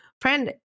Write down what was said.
friend